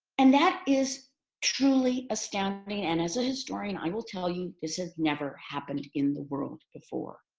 and that is truly astounding. and as a historian, i will tell you this has never happened in the world before,